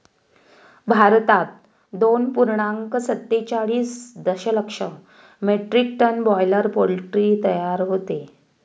भारतात दोन पूर्णांक सत्तेचाळीस दशलक्ष मेट्रिक टन बॉयलर पोल्ट्री तयार होते